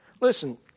Listen